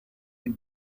you